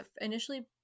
initially